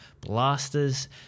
Blasters